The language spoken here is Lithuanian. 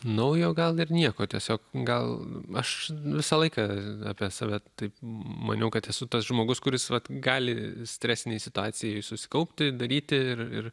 naujo gal ir nieko tiesiog gal aš visą laiką apie save taip maniau kad esu tas žmogus kuris gali stresinėj situacijoj susikaupti daryti ir